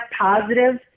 positive